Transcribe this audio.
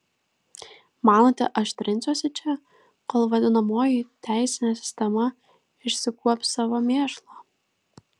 manote aš trinsiuosi čia kol vadinamoji teisinė sistema išsikuops savo mėšlą